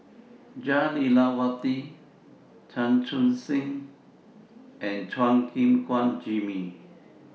Jah Lelawati Chan Chun Sing and Chua Gim Guan Jimmy